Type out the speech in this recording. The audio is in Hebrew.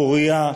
פורייה,